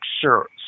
shirts